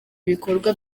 ibikorwa